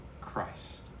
Christ